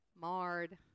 marred